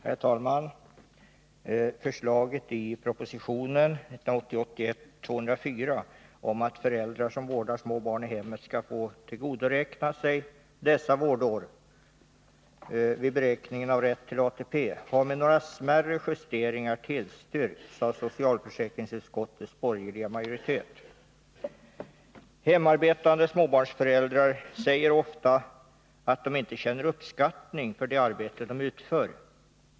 Herr talman! Förslaget i proposition 1980/81:204 om att föräldrar som vårdar små barn i hemmet skall få tillgodoräkna sig dessa vårdår vid beräkningen av ATP har med några smärre justeringar tillstyrkts av socialförsäkringsutskottets borgerliga majoritet. Hemarbetande småbarnsföräldrar säger ofta att de inte känner uppskattning för det arbete de utför.